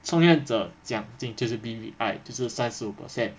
送愿者奖金就是 B_B_I 就是三十五 percent